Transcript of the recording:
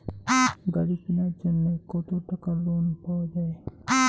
গাড়ি কিনার জন্যে কতো টাকা লোন পাওয়া য়ায়?